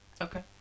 Okay